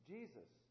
Jesus